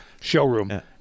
showroom